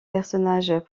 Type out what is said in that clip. personnages